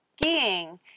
skiing